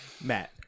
matt